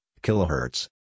kilohertz